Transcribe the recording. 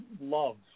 love